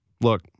look